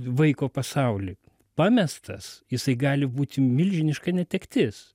vaiko pasauly pamestas jisai gali būti milžiniška netektis